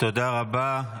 תודה רבה.